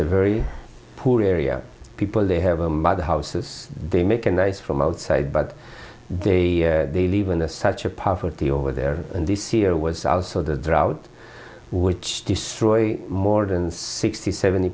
a very poor area people they have them by the houses they make a noise from outside but they believe in a such a poverty over there and this year was also the drought which destroy more than sixty seventy